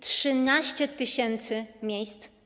13 tys. miejsc.